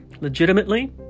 legitimately